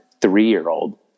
three-year-old